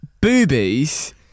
Boobies